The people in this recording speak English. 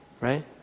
right